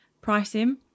pricing